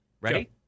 Ready